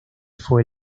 fue